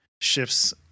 shifts